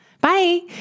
Bye